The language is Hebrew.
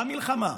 במלחמה,